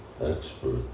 expert